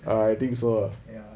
I think so ah